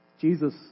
Jesus